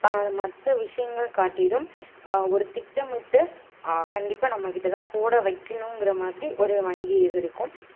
மற்ற விஷயங்கள் காட்டிலும் ஒரு திட்டமிட்டு கண்டிப்பாக நம்ம கிட்டே தான் போட வைக்கணும்கிற மாதிரி ஒரு வங்கி இது இருக்கும்